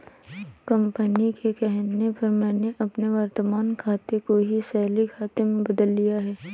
company के कहने पर मैंने अपने वर्तमान खाते को ही सैलरी खाते में बदल लिया है